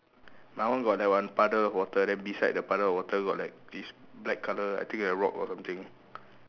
my one got that one puddle of water then beside that puddle of water got like this black colour I think like rock or something